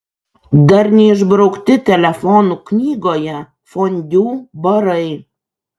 dar neišbraukti telefonų knygoje fondiu barai